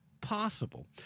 possible